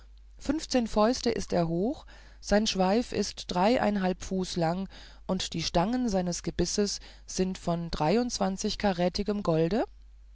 fünfzehn fäuste ist er hoch sein schweif ist dreiundeinenhalben fuß lang und die stangen seines gebisses sind von dreiundzwanzigkarätigem golde